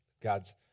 God's